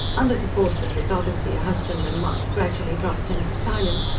under the force of this odyssey husband and wife gradually dropped into silence,